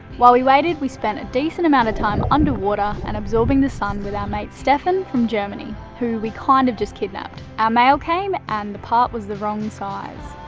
while we waited, we spent a decent amount of time under water and absorbing the sun with our mate stephan from germany, who we kind of just kidnapped. our mail came and the part was the wrong size.